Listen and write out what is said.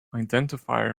identifier